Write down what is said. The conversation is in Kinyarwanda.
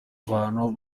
abantu